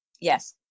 Yes